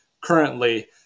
currently